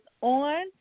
on